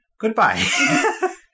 Goodbye